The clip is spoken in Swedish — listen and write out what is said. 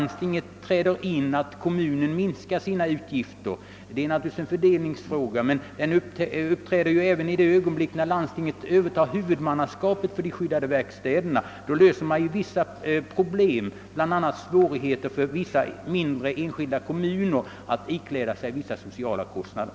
Detta är en fråga som uppträder i det ögonblick då landstingen övertar huvudmannaskapet för de skyddade verkstäderna. Då löses kanske vissa problem, bl.a. svårigheterna för en del mindre kommuner i fråga om sociala kostnader.